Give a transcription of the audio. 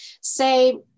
say